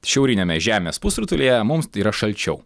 šiauriniame žemės pusrutulyje mums yra šalčiau